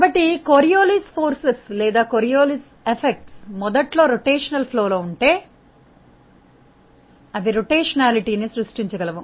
కాబట్టి కోరియోలిస్ శక్తులు లేదా కోరియోలిస్ ప్రభావాలు మొదట్లో భ్రమణ ప్రవాహంలో ఉంటే అవి భ్రమణతను సృష్టించగలవు